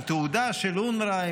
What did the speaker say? עם תעודה של אונר"א,